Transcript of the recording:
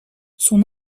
son